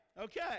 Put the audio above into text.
Okay